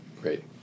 Great